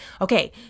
Okay